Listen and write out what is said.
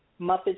Muppets